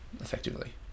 effectively